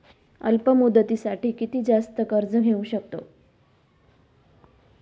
अल्प मुदतीसाठी किती जास्त कर्ज घेऊ शकतो?